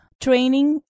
training